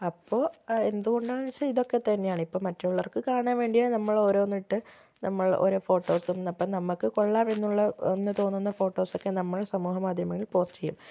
അപ്പോൾ എന്തുകൊണ്ടാണെന്ന് വെച്ചാൽ ഇതൊക്കെ തന്നെയാണ് ഇപ്പം മറ്റുള്ളവർക്ക് കാണാൻ വേണ്ടിയാണ് നമ്മൾ ഓരോന്നിട്ട് നമ്മൾ ഓരോ ഫോട്ടോസും അപ്പോൾ നമുക്ക് കൊള്ളാം എന്നുള്ള തോന്നുന്ന ഫോട്ടോസ് ഒക്കെ നമ്മൾ സമൂഹ മാധ്യമങ്ങളിൽ പോസ്റ്റ് ചെയ്യും